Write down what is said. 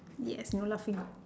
yes no laughing out